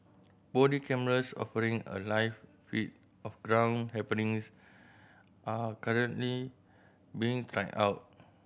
body cameras offering a live feed of ground happenings are currently being tried out